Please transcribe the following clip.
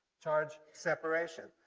charge separation.